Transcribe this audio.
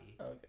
Okay